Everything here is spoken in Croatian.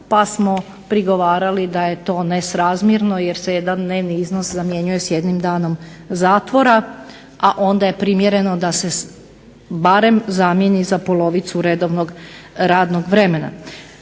pa smo prigovarali da je to nesrazmjerno jer se jedan dnevni iznos zamjenjuje sa jednim danom zatvora a onda je primjereno da se barem zamijeni za polovicu dnevnog radnog vremena.